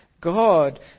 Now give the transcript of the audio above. God